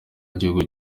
igihugu